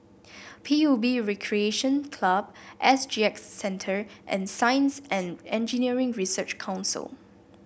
P U B Recreation Club S G X Centre and Science And Engineering Research Council